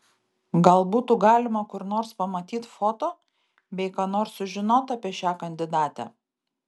gal butų galima kur nors pamatyt foto bei ką nors sužinot apie šią kandidatę